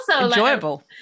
Enjoyable